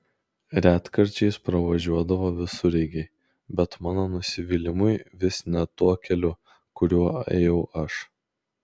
retkarčiais pravažiuodavo visureigiai bet mano nusivylimui vis ne tuo keliu kuriuo ėjau aš